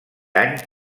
any